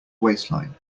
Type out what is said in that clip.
waistline